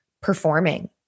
performing